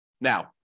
Now